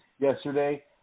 yesterday